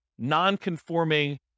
non-conforming